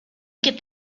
gibt